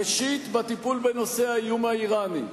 ראשית, בטיפול בנושא האיום האירני.